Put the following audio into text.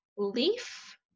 Leaf